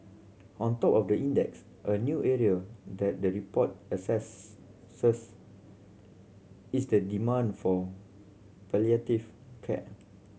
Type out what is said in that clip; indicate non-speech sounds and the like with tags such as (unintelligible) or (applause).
on top of the index a new area that the report assess (unintelligible) is the demand for palliative care